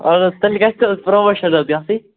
اَہَن حظ تیٚلہِ گژھِ نہٕ حظ پرٛموشَن حظ گژھٕنۍ